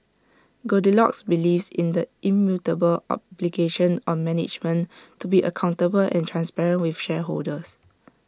goldilocks believes in the immutable obligation on management to be accountable and transparent with shareholders